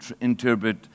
interpret